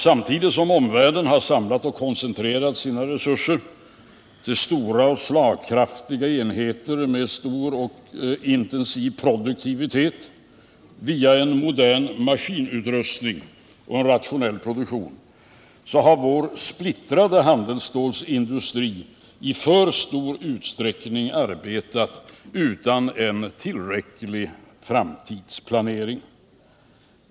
Samtidigt som omvärlden har samlat och koncentrerat sina resurser till stora och slagkraftiga enheter med en omfattande och intensiv produktivitet via en modern maskinutrustning och en rationell produktion har vår splittrade handelsstålsindustri i för stor utsträckning arbetat utan en tillräcklig framtidsplanering.